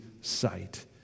sight